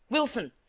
wilson,